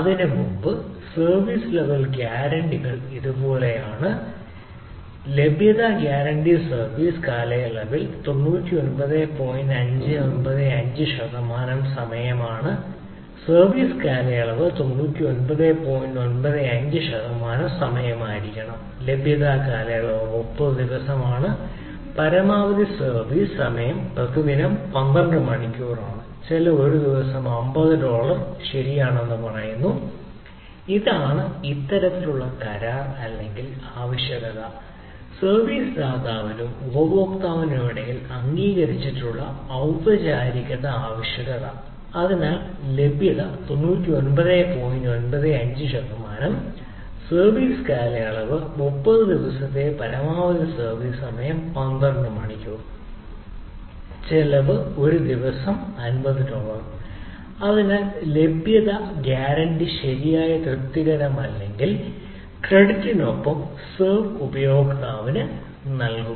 അതിനുമുമ്പ് service level ഗ്യാരണ്ടികൾ ഉപഭോക്താവിന് നൽകും